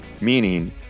Meaning